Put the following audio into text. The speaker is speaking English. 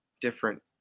different –